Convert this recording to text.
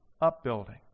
upbuilding